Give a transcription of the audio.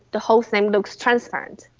the whole thing looks transparent.